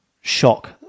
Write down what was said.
shock